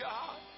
God